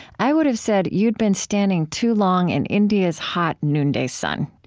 i would have said you'd been standing too long in india's hot noonday sun.